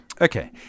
okay